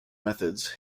methods